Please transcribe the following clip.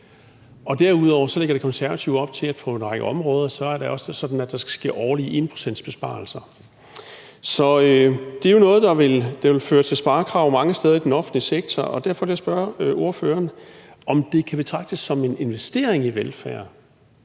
Og derudover lægger Det Konservative Folkeparti op til, at på en række områder er det sådan, at der skal ske årlige 1-procentsbesparelser. Det er jo noget, der vil føre til sparekrav mange steder i den offentlige sektor, og derfor vil jeg spørge ordføreren, om det kan betragtes som en investering i velfærden,